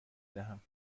دهم